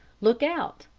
look out,